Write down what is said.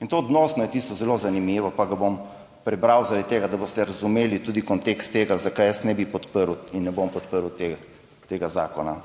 In to odnosno je tisto zelo zanimivo pa ga bom prebral zaradi tega, da boste razumeli tudi kontekst tega, zakaj jaz ne bi podprl in ne bom podprl tega zakona.